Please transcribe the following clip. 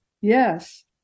yes